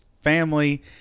family